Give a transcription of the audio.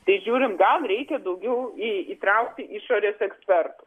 tai žiūrim gal reikia daugiau įtraukti išorės ekspertų